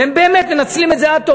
והם באמת מנצלים את זה עד תום.